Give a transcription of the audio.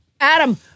Adam